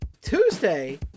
Tuesday